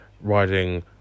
riding